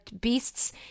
beasts